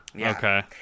Okay